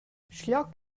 schiglioc